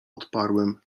odparłem